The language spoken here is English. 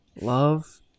Love